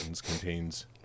contains